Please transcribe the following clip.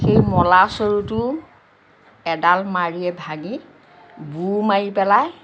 সেই মলা চৰুটো এডাল মাৰিৰে ভাঙি বুৰ মাৰি পেলাই